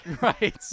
Right